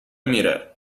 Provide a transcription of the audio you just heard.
میره